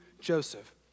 Joseph